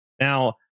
now